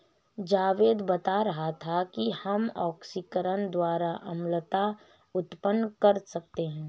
जावेद बता रहा था कि हम ऑक्सीकरण द्वारा अम्लता उत्पन्न कर सकते हैं